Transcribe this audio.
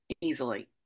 easily